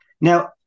Now